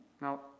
Now